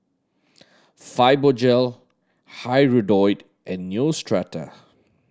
Fibogel Hirudoid and Neostrata